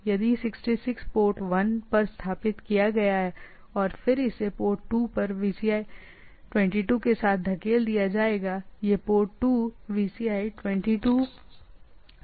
यदि 66 पोर्ट 1 पर स्थापित किया गया है और फिर इसे 2 पर पोर्ट 2 पर VCI 22 के साथ धकेल दिया जाएगा यह पोर्ट 2 पर प्राप्त होता है क्षमा करें पोर्ट 2 को VCI 22 के साथ और इसे 3 पोर्ट पर धकेल दिया जाता है